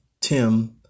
Tim